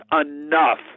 enough